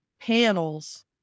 panels